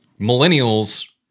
millennials